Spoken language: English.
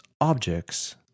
objects